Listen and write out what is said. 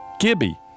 Gibby